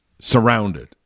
surrounded